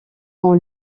son